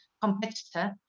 competitor